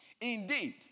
Indeed